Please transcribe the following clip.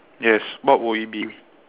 yes what will it be